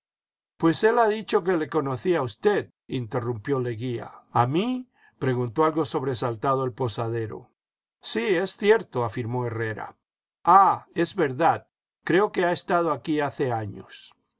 pues él ha dicho que le conocía a usted interrumpió leguía mí preguntó algo sobresaltado el posadero sí es cierto afirmó herrera ah es verdad creo que ha estado aquí hace años